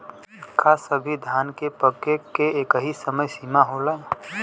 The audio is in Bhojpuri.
का सभी धान के पके के एकही समय सीमा होला?